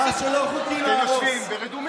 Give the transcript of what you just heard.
מה שלא חוקי, נהרוס.